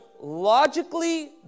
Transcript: logically